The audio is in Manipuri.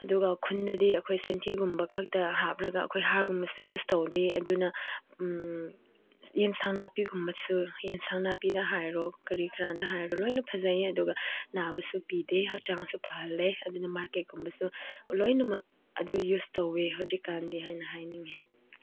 ꯑꯗꯨꯒ ꯈꯨꯟꯗꯗꯤ ꯑꯩꯈꯣꯏ ꯁꯟꯊꯤꯒꯨꯝꯕ ꯈꯛꯇ ꯍꯥꯞꯂꯒ ꯑꯩꯈꯣꯏ ꯍꯥꯔꯒꯨꯝꯕꯁꯨ ꯌꯨꯁ ꯇꯧꯗꯦ ꯑꯗꯨꯅ ꯌꯦꯟꯁꯥꯡ ꯅꯥꯄꯤꯒꯨꯝꯕꯁꯨ ꯌꯦꯟꯁꯥꯡ ꯅꯥꯄꯤꯗ ꯍꯥꯏꯔꯣ ꯀꯔꯤ ꯀꯔꯥꯗ ꯍꯥꯏꯔꯣ ꯂꯣꯏꯅ ꯐꯖꯩꯌꯦ ꯑꯗꯨꯒ ꯅꯥꯕꯁꯨ ꯄꯤꯗꯦ ꯍꯛꯆꯥꯡꯁꯨ ꯐꯍꯜꯂꯦ ꯑꯗꯨꯅ ꯃꯥꯔꯀꯦꯠꯀꯨꯝꯕꯁꯨ ꯂꯣꯏꯅꯃꯛ ꯑꯗꯨ ꯌꯨꯁ ꯇꯧꯋꯦ ꯍꯧꯖꯤꯛꯀꯥꯟꯗꯤ ꯍꯥꯏꯅ ꯍꯥꯏꯅꯤꯡꯉꯦ